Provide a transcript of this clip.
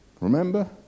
remember